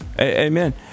Amen